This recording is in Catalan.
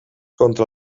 contra